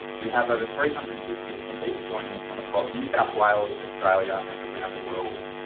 we have over three hundred and fifty attendees joining us from across new south wales, australia, and around the world.